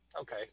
okay